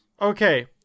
Okay